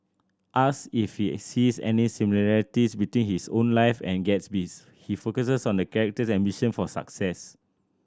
ask if he sees any similarities between his own life and Gatsby's he focuses on the character's ambition for success